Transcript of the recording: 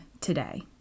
today